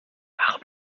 warum